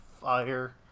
fire